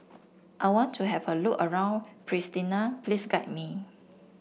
I want to have a look around Pristina please guide me